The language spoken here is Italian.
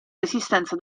resistenza